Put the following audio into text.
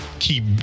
keep